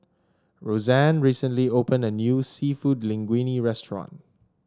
Rosanne recently opened a new seafood Linguine restaurant